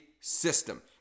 system